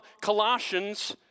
Colossians